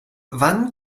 wann